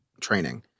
training